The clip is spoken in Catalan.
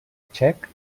txec